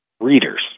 readers